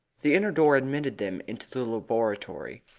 the inner door admitted them into the laboratory,